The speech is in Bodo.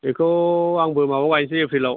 बेखौ आंबो माबायाव गायनोसै एप्रिलाव